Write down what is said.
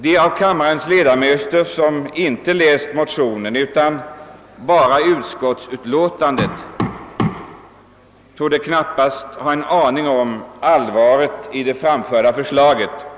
De av kammarens ledamöter som inte läst motionen utan bara utskottsutlåtandet torde knappast ha en aning om allvaret i det framförda förslaget.